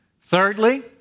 Thirdly